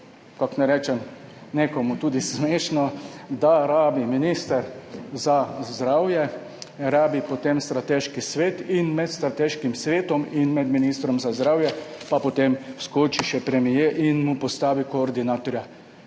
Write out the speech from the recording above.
kako naj rečem? – nekomu tudi smešno, da rabi minister za zdravje potem strateški svet, med strateški svet in med ministra za zdravje pa potem vskoči še premier in mu postavi koordinatorja.